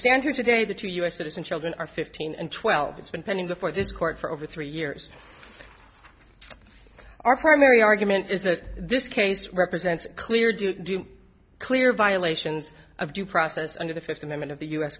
stand here today the two u s citizen children are fifteen and twelve it's been pending before this court for over three years our primary argument is that this case represents a clear do do you clear violations of due process under the fifth amendment of the u s